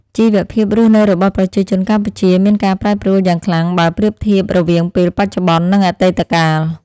ជីវភាពរស់នៅរបស់ប្រជាជនកម្ពុជាមានការប្រែប្រួលយ៉ាងខ្លាំងបើប្រៀបធៀបរវាងពេលបច្ចុប្បន្ន និងអតីតកាល។